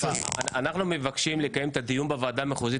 אנחנו מבקשים לקיים את הדיון בוועדה המחוזית